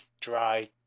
dry